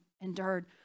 endured